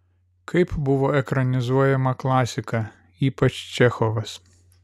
kaip buvo ekranizuojama klasika ypač čechovas